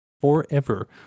forever